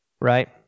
Right